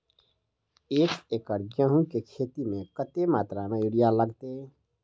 एक एकड़ गेंहूँ केँ खेती मे कतेक मात्रा मे यूरिया लागतै?